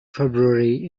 february